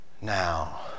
Now